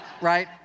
right